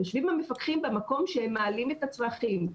יושבים המפקחים במקום שהם מעלים את הצרכים.